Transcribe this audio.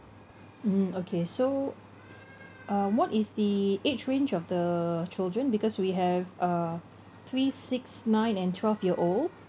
mm okay so um what is the age range of the children because we have a three six nine and twelve year old